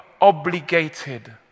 obligated